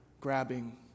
grabbing